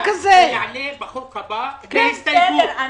יעלה בחוק הבא כהסתייגות.